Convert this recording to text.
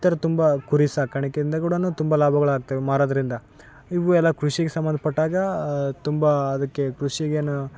ಈ ಥರ ತುಂಬ ಕುರಿ ಸಾಕಾಣಿಕೆಯಿಂದ ಕೂಡಾ ತುಂಬ ಲಾಭಗಳ್ ಆಗ್ತವೆ ಮಾರೋದ್ರಿಂದ ಇವೆಲ್ಲ ಕೃಷಿಗೆ ಸಂಬಂಧಪಟ್ಟಾಗ ತುಂಬ ಅದಕ್ಕೆ ಕೃಷಿಗೇನು